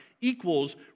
equals